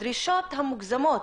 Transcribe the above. הדרישות המוגזמות,